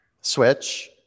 Switch